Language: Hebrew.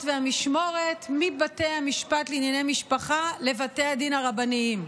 והמשמורת מבתי המשפט לענייני משפחה לבתי הדין הרבניים.